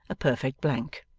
a perfect blank.